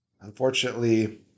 unfortunately